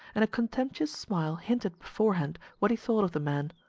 and a contemptuous smile hinted beforehand what he thought of the man.